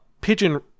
pigeon